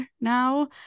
now